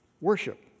worship